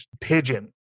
Pigeon